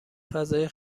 فضای